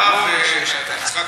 הרב יצחק,